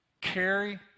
carry